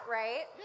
right